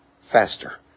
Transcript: faster